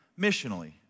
missionally